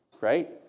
right